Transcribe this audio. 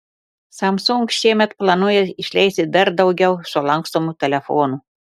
samsung šiemet planuoja išleisti dar daugiau sulankstomų telefonų